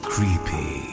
Creepy